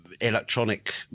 electronic